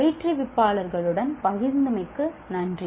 பயிற்றுவிப்பாளருடன் பகிர்ந்தமைக்கு நன்றி